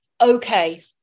okay